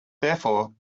therefore